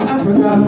Africa